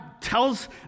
tells